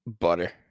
Butter